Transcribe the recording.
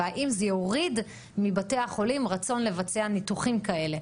והאם זה יוריד מבתי החולים רצון לבצע ניתוחים כאלה.